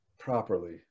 Properly